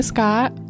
Scott